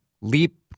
leap